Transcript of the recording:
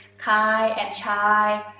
kind and shy,